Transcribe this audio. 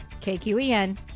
kqen